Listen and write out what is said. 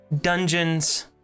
Dungeons